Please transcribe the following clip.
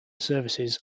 services